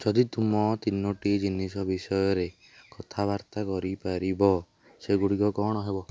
ଯଦି ତୁମ ତିନୋଟି ଜିନିଷ ବିଷୟରେ କଥାବାର୍ତ୍ତା କରିପାରିବ ସେଗୁଡ଼ିକ କଣ ହେବ